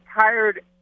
tired